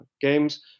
Games